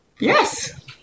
Yes